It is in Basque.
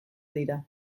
dira